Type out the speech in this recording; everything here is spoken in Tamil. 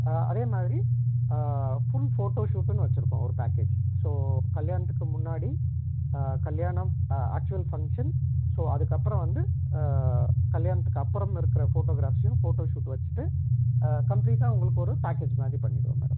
அதே மாதிரி ஃபுல் ஃபோட்டோஷூட்ன்னு வச்சுருக்கோம் ஒரு பேக்கேஜ் ஸோ கல்யாணத்துக்கு முன்னாடி கல்யாணம் ஆக்சுவல் ஃபங்ஷன் ஸோ அதுக்கப்புறோம் வந்து கல்யாணதுக்கப்புறம் இருக்கிற ஃபோட்டோகிராஃபியும் போட்டோ ஷூட் வச்சுட்டு கம்ப்ளீட்டாக உங்களுக்கு ஒரு பேக்கேஜ் மாதிரி பண்ணிவிடுவோம் மேடம்